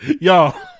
Y'all